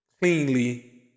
cleanly